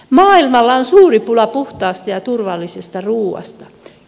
maailmalla on suuri pula puhtaasta ja turvallisesta ruuasta